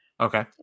Okay